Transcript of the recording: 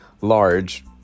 large